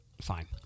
Fine